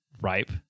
ripe